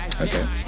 okay